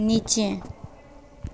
नीचे